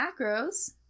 macros